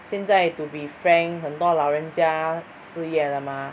现在 to be frank 很多老人家失业了 mah